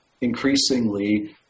increasingly